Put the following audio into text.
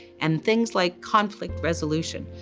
and things like conflict resolution.